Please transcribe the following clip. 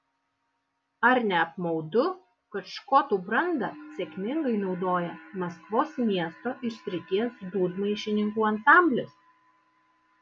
ar ne apmaudu kad škotų brandą sėkmingai naudoja maskvos miesto ir srities dūdmaišininkų ansamblis